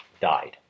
died